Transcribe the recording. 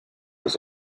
was